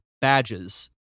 badges